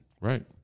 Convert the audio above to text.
Right